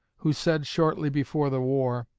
who said shortly before the war